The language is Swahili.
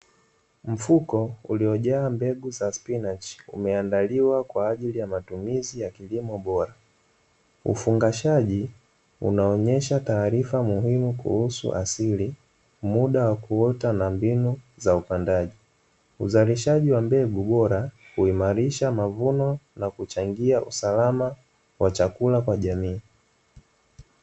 Mfuko uliojaa mbegu za spinachi umeandaliwa kwaajili ya matumizi ya kilimo bora ufangashaji, unaonyesha taarifa muhimu kuusu asili muda wa kuota na mbinu za upandaji, uzalishaji wa mbegu bora uimarisha mavuna na uchangia usalama wa chakula katika jamii.